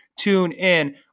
TuneIn